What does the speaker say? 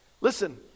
Listen